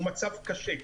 הוא מצב קשה.